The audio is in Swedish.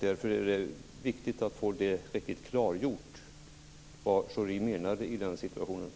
Därför är det viktigt att få klargjort vad Pierre Schori menade.